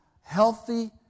healthy